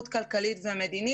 התשובה היא מאוד ברורה המדינה.